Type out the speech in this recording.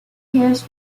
years